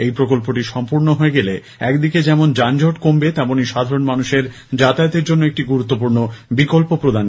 এই প্রকল্পটি সম্পর্ণ হয়ে গেলে একদিকে যেমন যানজট কমবে তেমনি সাধারণ মানুষ যাতায়াতের জন্য একটি গুরুত্বপূর্ণ বিকল্প পাবেন